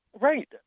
Right